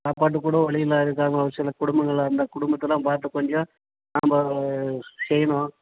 சாப்பாட்டுக்கு கூட வழி இல்லாத இருக்காங்க ஒரு சில குடும்பங்கள் அந்த குடும்பத்தெல்லாம் பார்த்து கொஞ்சம் நம்ப செய்யணும்